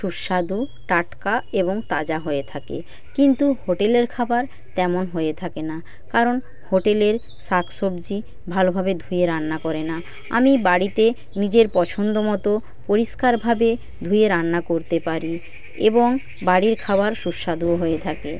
সুস্বাদু টাটকা এবং তাজা হয়ে থাকে কিন্তু হোটেলের খাবার তেমন হয়ে থাকে না কারণ হোটেলের শাকসবজি ভালোভাবে ধুয়ে রান্না করে না আমি বাড়িতে নিজের পছন্দমতো পরিষ্কারভাবে ধুয়ে রান্না করতে পারি এবং বাড়ির খাবার সুস্বাদুও হয়ে থাকে